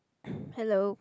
hello